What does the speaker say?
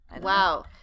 Wow